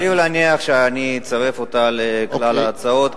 סביר להניח שאני אצרף אותה לכלל ההצעות,